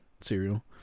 cereal